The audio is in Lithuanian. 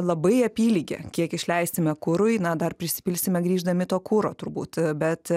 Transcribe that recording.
labai apylygė kiek išleisime kurui na dar prisipilsime grįždami to kuro turbūt bet